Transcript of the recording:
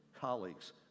colleagues